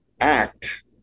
act